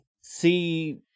see